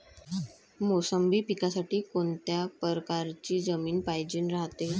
मोसंबी पिकासाठी कोनत्या परकारची जमीन पायजेन रायते?